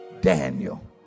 Daniel